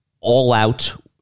all-out